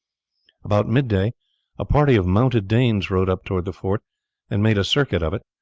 about mid-day a party of mounted danes rode up towards the fort and made a circuit of it.